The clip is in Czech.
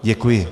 Děkuji.